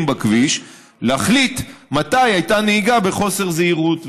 בכביש להחליט מתי הייתה נהיגה בחוסר זהירות.